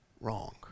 wrong